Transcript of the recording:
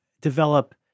develop